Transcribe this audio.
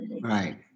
Right